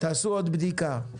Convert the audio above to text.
תעשו עוד בדיקה.